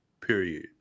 period